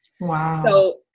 Wow